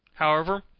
however,